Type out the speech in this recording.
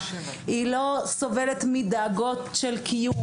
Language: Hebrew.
היא לא סובלת מדאגות של קיום.